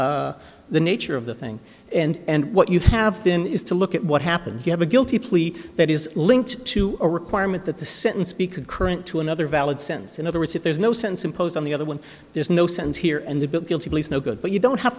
it's the nature of the thing and what you have been is to look at what happened you have a guilty plea that is linked to a requirement that the sentence be concurrent to another valid sense in other words if there's no sense imposed on the other one there's no sense here and the bit guilty pleas no good but you don't have